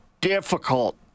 difficult